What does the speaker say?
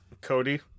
cody